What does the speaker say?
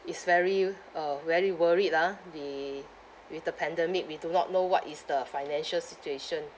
is very uh very worried ah the with the pandemic we do not know what is the financial situation